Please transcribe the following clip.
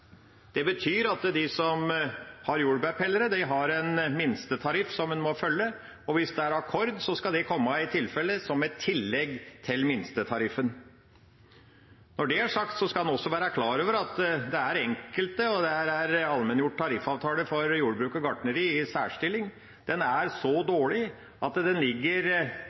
Det betyr at de som har jordbærplukkere, har en minstetariff som en må følge, og hvis det er akkord, skal det i tilfelle komme som et tillegg til minstetariffen. Når det er sagt, skal en også være klar over at allmenngjort tariffavtale for jordbruk og gartneri er i en særstilling – den er så dårlig at den ligger